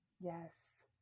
Yes